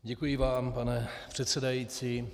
Děkuji vám, pane předsedající.